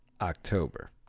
October